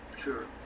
sure